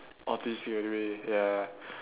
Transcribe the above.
autistic anyway ya